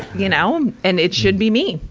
you know, and it should be me.